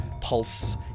pulse